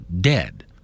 dead